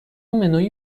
منوی